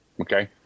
okay